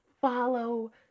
follow